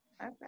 Okay